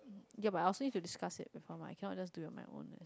ya I also need to discuss it before mah I cannot just do on my own eh